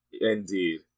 Indeed